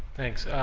thanks.